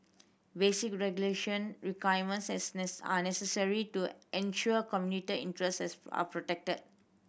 basic regulatory requirements are necessary to ensure commuter interests are protected